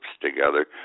together